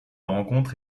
rencontres